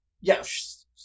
yes